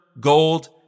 gold